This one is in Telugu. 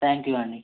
త్యాంక్ యూ అండి